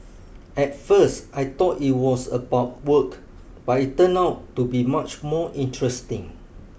at first I thought it was about work but it turned out to be much more interesting